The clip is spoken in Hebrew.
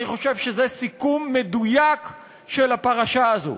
אני חושב שזה סיכום מדויק של הפרשה הזו.